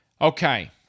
Okay